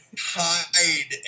hide